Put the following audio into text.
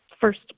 first